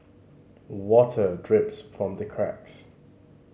water drips from the cracks